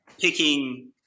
picking